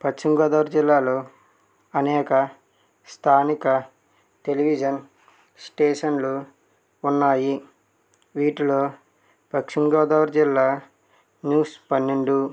పశ్చిమగోదావరి జిల్లాలో అనేక స్థానిక టెలివిజన్ స్టేషన్లు ఉన్నాయి వీటిలో పశ్చిమ గోదావరి జిల్లా న్యూస్ పన్నెండు